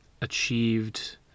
achieved